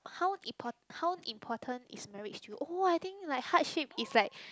how impor~ how important is marriage to you oh I think like heart shape is like